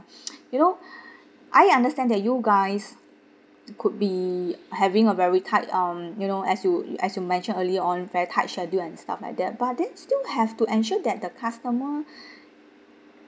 you know I understand that you guys could be having a very tight um you know as you as you mentioned early on very tight schedule and stuff like that but then still have to ensure that the customer